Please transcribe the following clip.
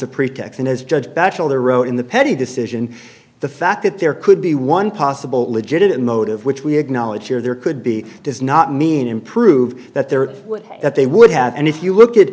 wrote in the petit decision the fact that there could be one possible legitimate motive which we acknowledge here there could be does not mean improve that there that they would have and if you look at